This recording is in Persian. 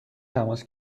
تماس